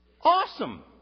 Awesome